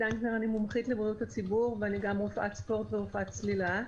מומחית לבריאות הציבור ואני גם רופאת ספורט ורופאת צלילה.